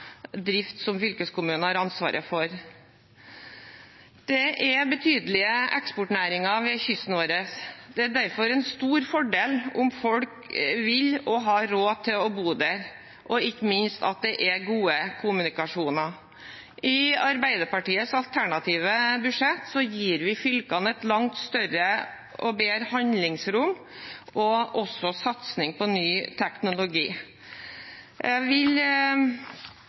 drift som fylkeskommunen har ansvaret for. Det er betydelige eksportnæringer ved kysten vår. Det er derfor en stor fordel om folk vil og har råd til å bo der, og ikke minst at det er gode kommunikasjoner. I Arbeiderpartiets alternative budsjett gir vi fylkene et langt større og bedre handlingsrom, og også satsing på ny teknologi. Det er forslag i to saker. Jeg vil